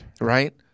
Right